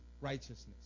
righteousness